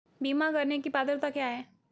बीमा करने की पात्रता क्या है?